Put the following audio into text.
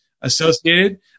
associated